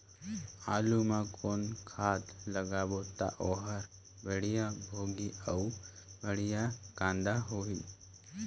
आलू मा कौन खाद लगाबो ता ओहार बेडिया भोगही अउ बेडिया कन्द होही?